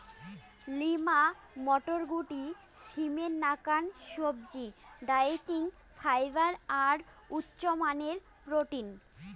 lima মটরশুঁটি, সিমের নাকান সবজি, ডায়েটরি ফাইবার আর উচামানের প্রোটিন